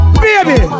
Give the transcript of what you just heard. BABY